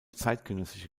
zeitgenössische